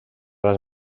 les